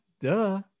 duh